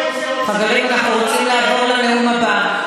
אנחנו רוצים לעבור לנאום הבא.